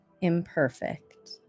imperfect